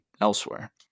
elsewhere